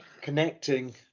connecting